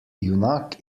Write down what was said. junak